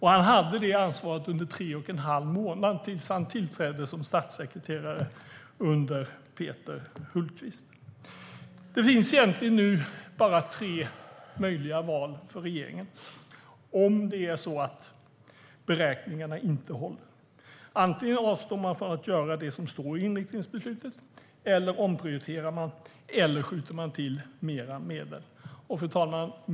Han hade det ansvaret under tre och en halv månad tills han tillträdde som statssekreterare under Peter Hultqvist. Det finns nu egentligen bara tre möjliga val för regeringen om beräkningarna inte håller. Antingen avstår man från att göra det som står i inriktningsbeslutet eller så omprioriterar man eller skjuter till ytterligare medel. Fru talman!